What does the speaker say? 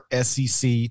SEC